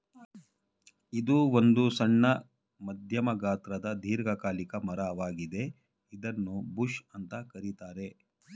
ಇದು ಒಂದು ಸಣ್ಣ ಮಧ್ಯಮ ಗಾತ್ರದ ದೀರ್ಘಕಾಲಿಕ ಮರ ವಾಗಿದೆ ಇದನ್ನೂ ಬುಷ್ ಅಂತ ಕರೀತಾರೆ